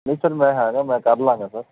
ਨਹੀਂ ਸਰ ਮੈਂ ਹੈਗਾ ਮੈਂ ਕਰ ਲਵਾਂਗਾ ਸਰ